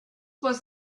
was